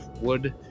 wood